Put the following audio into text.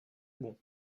bon